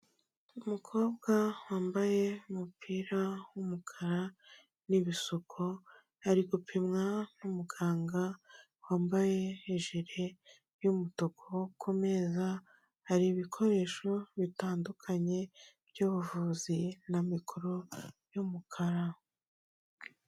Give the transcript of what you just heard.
Umukobwa wambaye umupira w'umukara n'ibisuko, ari gupimwa n'umuganga wambaye ijire y'umutuku, ku meza hari ibikoresho bitandukanye by'ubuvuzi na mikoro y'umukara.